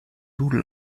doodle